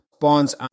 bonds